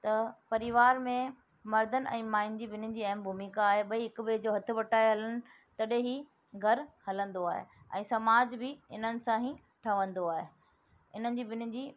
त परिवार में मर्दनि ऐं माइयुनि जी ॿिन्हिनि जी अहम भूमिका आहे ॿई हिकु ॿिए जो हथु बटाए हलनि तॾहिं ई घरु हलंदो आहे ऐं समाज बि इन्हनि सां ई ठहंदो आहे इन्हनि जी ॿिन्हिनि जी